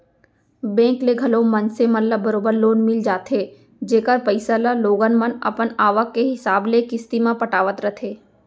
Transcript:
bank ले घलौ मनसे मन ल बरोबर लोन मिल जाथे जेकर पइसा ल लोगन मन अपन आवक के हिसाब ले किस्ती म पटावत रथें